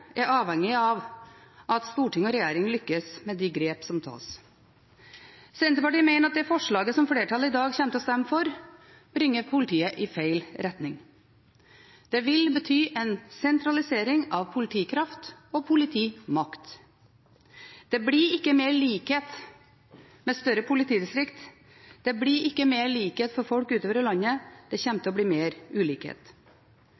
er avhengig av at storting og regjering lykkes med de grep som tas. Senterpartiet mener at det forslaget som flertallet i dag kommer til å stemme for, bringer politiet i feil retning. Det vil bety en sentralisering av politikraft og politimakt. Det blir ikke mer likhet med større politidistrikt, det blir ikke mer likhet for folk utover i landet – det kommer til å bli mer ulikhet.